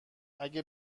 اگه